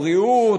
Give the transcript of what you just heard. הבריאות,